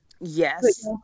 yes